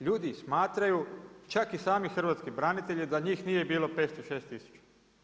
Ljudi smatraju, čak i sami hrvatski branitelji da njih nije bilo 500, 600 tisuća.